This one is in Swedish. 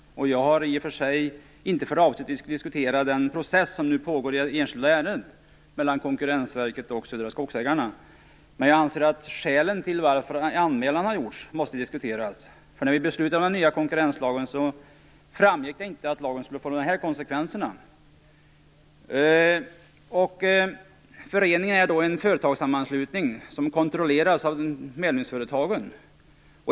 Jag har i och för sig inte för avsikt att diskutera den process som nu pågår i det enskilda ärendet mellan Konkurrensverket och Södra Skogsägarna. Men jag anser att skälen till varför anmälan har gjorts måste diskuteras. När vi fattade beslut om den nya konkurrenslagen framgick det inte att lagen skulle få dessa konsekvenser. Föreningen är en företagssammanslutning som kontrolleras av medlemsföretagen.